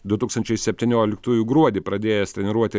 du tūkstančiai septynioliktųjų gruodį pradėjęs treniruoti